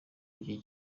iki